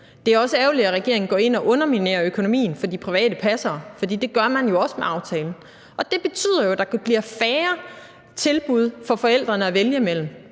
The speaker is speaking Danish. Det er også ærgerligt, at regeringen går ind og underminerer økonomien for de private passere – det gør man jo også med aftalen. Og det betyder jo, at der bliver færre tilbud til forældrene at vælge imellem,